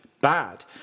bad